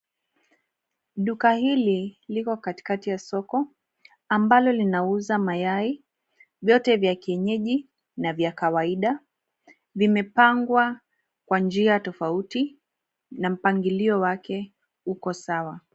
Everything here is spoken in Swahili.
Duka hili liko katikati ya soko ambalo linauza mayai vyote vya kienyeji na vya kawaida vimepangwa kwa njia tofauti na mpangilio wake uko sawa.